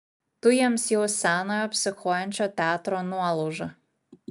tu jiems jau senojo psichuojančio teatro nuolauža